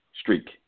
streak